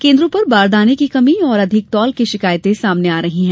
केन्द्रों पर बारदाने की कमी और अधिक तौल की शिकायतें आ रही हैं